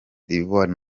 d’ivoire